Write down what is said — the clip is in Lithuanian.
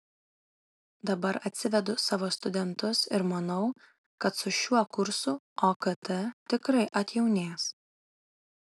dabar atsivedu savo studentus ir manau kad su šiuo kursu okt tikrai atjaunės